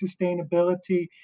sustainability